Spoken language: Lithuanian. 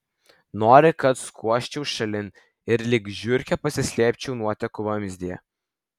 nori kad skuosčiau šalin ir lyg žiurkė pasislėpčiau nuotekų vamzdyje